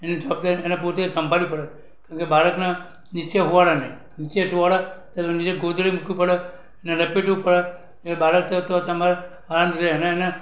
એની જવાબદારી એને પોતે એ સંભાળવી પડે કારણ કે બાળકને નીચે સુવાડાય નહીં નીચે સુવાડો તો નીચે ગોદળી મૂકવી પડે એને લપેટવું પડે એ બાળકને તો તમારે આરામથી એને એને